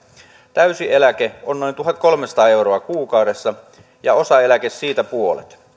täysi eläke on noin tuhatkolmesataa euroa kuukaudessa ja osaeläke siitä puolet